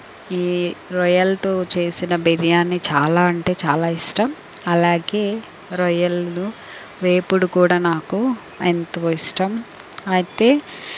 ఈ రొయ్యలతో చేసిన బిర్యానీ చాలా అంటే చాలా ఇష్టం అలాగే రొయ్యలు వేపుడు కూడా నాకు ఎంతో ఇష్టం అయితే